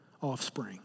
offspring